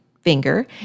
finger